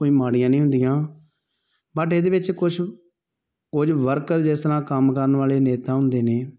ਕੋਈ ਮਾੜੀਆਂ ਨਹੀਂ ਹੁੰਦੀਆਂ ਬਟ ਇਹਦੇ ਵਿੱਚ ਕੁਛ ਕੁਝ ਵਰਕਰ ਜਿਸ ਤਰ੍ਹਾਂ ਕੰਮ ਕਰਨ ਵਾਲੇ ਨੇਤਾ ਹੁੰਦੇ ਨੇ